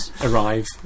arrive